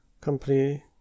company